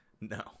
No